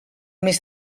mes